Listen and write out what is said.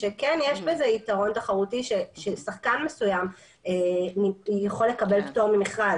שכן יש בזה יתרון תחרותי ששחקן מסוים יכול לקבל פטור ממכרז.